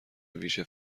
ویژه